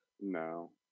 No